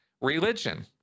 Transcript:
religion